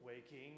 waking